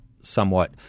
somewhat